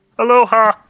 Aloha